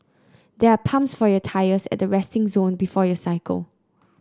there are pumps for your tyres at the resting zone before you cycle